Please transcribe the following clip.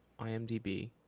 IMDb